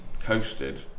coasted